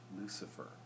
Lucifer